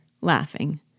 laughing